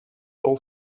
all